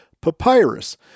papyrus